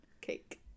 cake